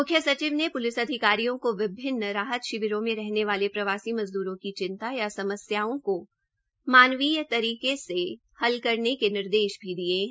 मुख्य सचिव ने प्लिस अधिकारियों को विभिन्न राहत शिविरों में रहने वाले प्रवासी मजद्रों की चिंता या समस्याओं को मानवीय तरीके से हल करने के निर्देश भी दिए हैं